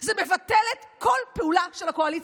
זה מבטלת כל פעולה של הקואליציה.